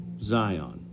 Zion